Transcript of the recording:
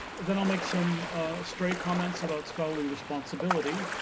then i'll make some stray comments about scholarly responsibility,